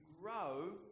grow